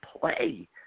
play